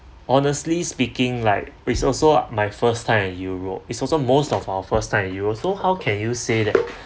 honestly speaking like it's also my first time in europe it's also most of our first time in europe so how can you say that